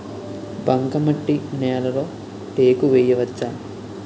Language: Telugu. బంకమట్టి నేలలో టేకు వేయవచ్చా?